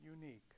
unique